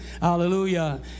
Hallelujah